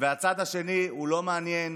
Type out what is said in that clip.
והצד השני לא מעניין